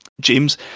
James